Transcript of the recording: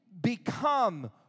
become